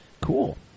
Cool